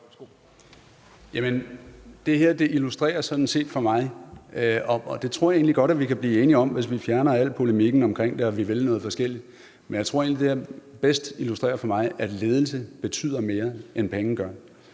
det her illustrerer sådan set for mig – og det tror jeg egentlig godt vi kan blive enige om, hvis vi fjerner al polemikken om det, at vi vil noget forskelligt – at ledelse betyder mere, end penge gør,